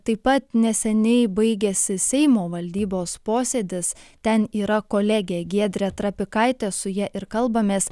taip pat neseniai baigėsi seimo valdybos posėdis ten yra kolegė giedrė trapikaitė su ja ir kalbamės